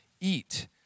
eat